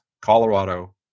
Colorado